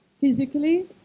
Physically